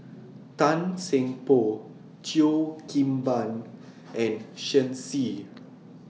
Tan Seng Poh Cheo Kim Ban and Shen Xi